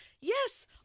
yes